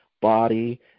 body